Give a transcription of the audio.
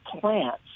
plants